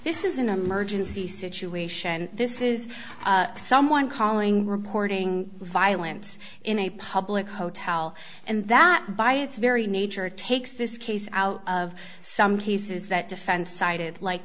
this is an emergency situation this is someone calling reporting violence in a public hotel and that by its very nature takes this case out of some cases that defense cited like